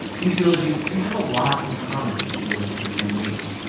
these eulogies, they have a lot in common with the eulogy for jim reeb,